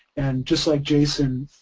and just like jason